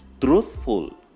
truthful